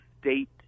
state